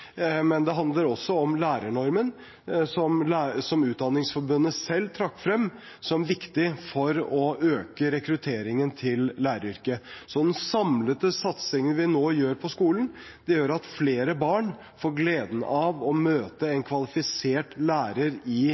men det handler også om lærernormen, som Utdanningsforbundet selv trakk frem som viktig for å øke rekrutteringen til læreryrket. Så den samlede satsingen vi nå gjør på skolen, gjør at flere barn får gleden av å møte en kvalifisert lærer i